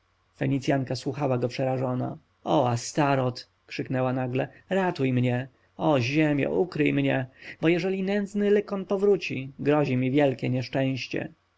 fenicjanka słuchała go przerażona o astoreth krzyknęła nagle ratuj mnie o ziemio ukryj mnie bo jeżeli nędzny lykon powrócił grozi mi wielkie nieszczęście